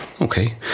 Okay